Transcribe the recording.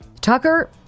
tucker